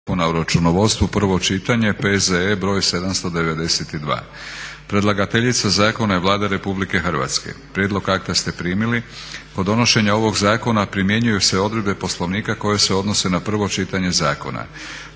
o računovodstvu, prvo čitanje, P.Z.E. br. 792. Predlagateljica zakona je Vlada Republike Hrvatske. Prijedlog akta ste primili. Kod donošenja ovog zakona primjenjuju se odredbe Poslovnika koje se odnose na prvo čitanje zakona.